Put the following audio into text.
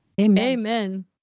Amen